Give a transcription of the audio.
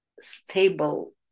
stable